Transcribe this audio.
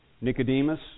Nicodemus